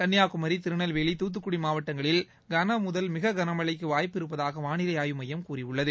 கன்னியாகுமரி திருநெல்வேலி மாவட்டங்களில் தூத்துக்குடி கன முதல் மிக கனமழைக்கு வாய்ப்பு இருப்பதாக வானிலை ஆய்வு மையம் கூறியுள்ளது